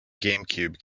gamecube